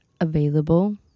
available